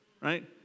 right